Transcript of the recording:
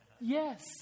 Yes